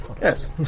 Yes